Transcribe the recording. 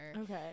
Okay